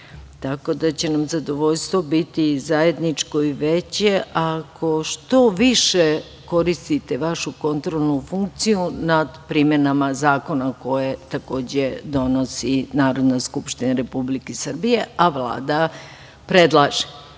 tako da će nam zadovoljstvo biti zajedničko i veće ako što više koristite vašu kontrolnu funkciju nad primenama zakona koje takođe donosi Narodna skupština Republike Srbije, a Vlada predlaže,